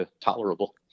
tolerable